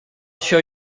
show